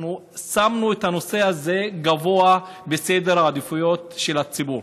אנחנו שמנו את הנושא הזה גבוה בסדר העדיפויות של הציבור.